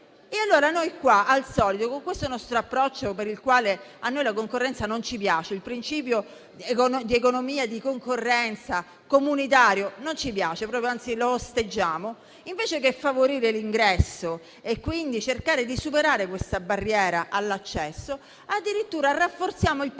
familiare. Come al solito, con questo nostro approccio per il quale la concorrenza non ci piace, il principio di economia e di concorrenza comunitario non ci piace, anzi lo osteggiamo, invece di favorire l'ingresso e quindi cercare di superare questa barriera all'accesso, addirittura rafforziamo il patto